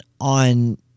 on